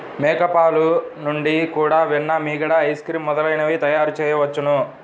మేక పాలు నుండి కూడా వెన్న, మీగడ, ఐస్ క్రీమ్ మొదలైనవి తయారుచేయవచ్చును